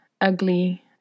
ugly